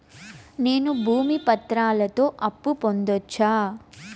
నేను భూమి పత్రాలతో అప్పు పొందొచ్చా?